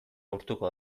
urtuko